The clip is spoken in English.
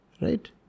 Right